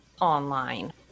online